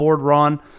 ron